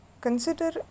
consider